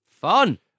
Fun